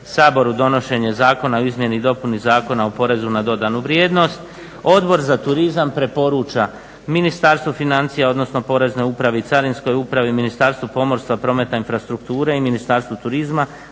saboru donošenje zakona o izmjeni i dopuni Zakona o porezu na dodanu vrijednost Odbor za turizam preporuča Ministarstvu financija odnosno Poreznoj upravi, Carinskoj upravi, Ministarstvu pomorstva, prometa i infrastrukture i Ministarstvu turizma